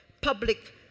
public